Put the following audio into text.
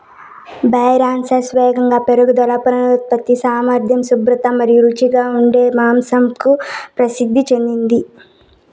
Berkshires వేగంగా పెరుగుదల, పునరుత్పత్తి సామర్థ్యం, శుభ్రత మరియు రుచిగా ఉండే మాంసంకు ప్రసిద్ధి చెందింది